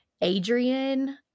Adrian